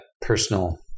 personal